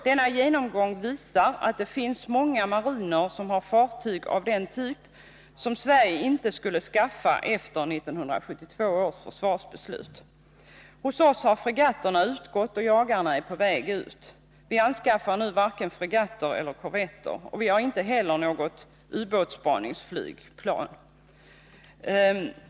Denna genomgång visar att det finns många mariner som har fartyg av den typ som Sverige inte skulle skaffa efter 1972 års försvarsbeslut. Hos oss har fregatterna utgått, och jagarna är på väg ut. Vi anskaffar nu varken fregatter eller korvetter. Vi har inte heller något ubåtsspaningsflygplan.